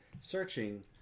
searching